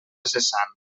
cessant